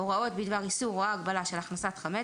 (ב) (1) "הוראות בדבר איסור או הגבלה של הכנסת חמץ